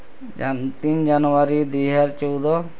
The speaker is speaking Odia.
ଜାନ ତିନ ଜାନୁୟାରୀ ଦୁଇ ହଜାର ଚଉଦ